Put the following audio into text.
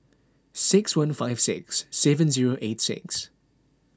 six one five six seven zero eight six